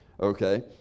Okay